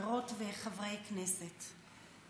חברות וחברי הכנסת,